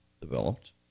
developed